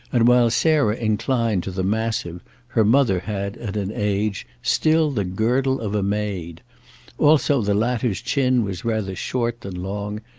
and while sarah inclined to the massive her mother had, at an age, still the girdle of a maid also the latter's chin was rather short, than long,